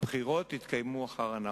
הבחירות התקיימו אחרי אנאפוליס.